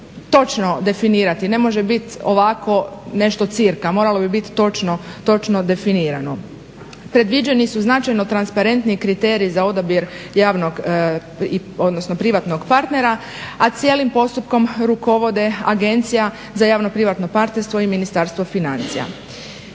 točno definirati, ne može biti ovako nešto cca, moralo bi biti točno definirano. Predviđeni su značajno transparentniji kriteriji za odabir javnog, odnosno privatnog partnera, a cijelim postupkom rukovode Agencija za javno-privatno partnerstvo i Ministarstvo financija.